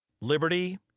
Liberty